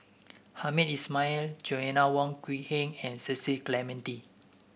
Hamed Ismail Joanna Wong Quee Heng and Cecil Clementi